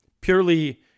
Purely